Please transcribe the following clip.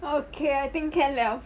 okay I think can liao